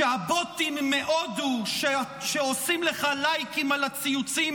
שהבוטים מהודו שעושים לך לייקים על הציוצים